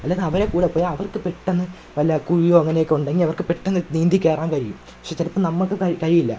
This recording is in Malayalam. അല്ലാതെ അവരെ കൂടെ പോയി അവര്ക്ക് പെട്ടെന്ന് വല്ല കുഴിയോ അങ്ങനെ ഒക്കെ ഉണ്ടെങ്കില് അവര്ക്ക് പെട്ടെന്ന് നീന്തിക്കയറാൻ കഴിയും പക്ഷെ ചിലപ്പം നമ്മൾക്ക് കയി കഴിയുകയില്ല